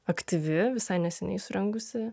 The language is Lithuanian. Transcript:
aktyvi visai neseniai surengusi